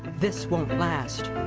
this won't last.